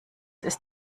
ist